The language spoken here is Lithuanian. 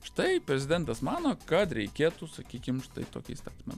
štai prezidentas mano kad reikėtų sakykim štai tokį įstatymą